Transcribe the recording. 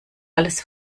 alles